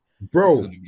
Bro